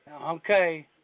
Okay